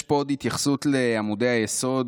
יש פה עוד התייחסות לעמודי היסוד,